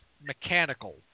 mechanical